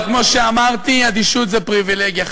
אבל כמו שאמרתי, אדישות היא פריבילגיה.